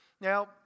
Now